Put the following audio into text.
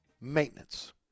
Maintenance